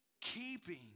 keeping